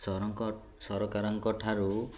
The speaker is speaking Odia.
ସରକାରଙ୍କ ଠାରୁ